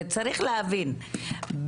וצריך להבין,